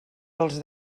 dels